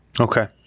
Okay